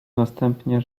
następnie